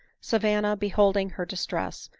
savanna beholding her distress,